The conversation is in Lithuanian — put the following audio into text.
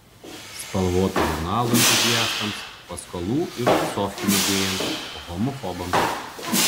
spalvotų žurnalų entuziastams paskalų ir tusovkių mėgėjams homofobams